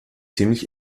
ziemlich